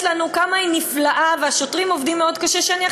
לנו כמה היא נפלאה וכמה השוטרים עובדים קשה מאוד?